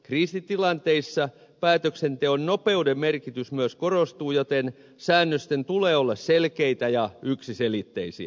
kriisitilanteissa päätöksenteon nopeuden merkitys myös korostuu joten säännösten tulee olla selkeitä ja yksiselitteisiä